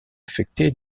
affecté